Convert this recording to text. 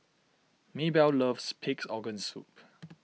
Maebell loves Pig's Organ Soup